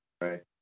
Right